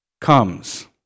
comes